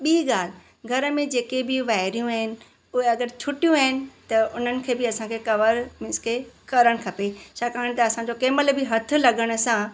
ॿी ॻाल्हि घर में जेके बि वाइरियूं आहिनि उहे अगरि छुटियूं आहिनि त उन्हनि खे बि असांखे कवर मींस की करणु खपे छाकाणि त असांजो कंहिं महिल बि हथ लॻण सां